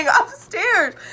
upstairs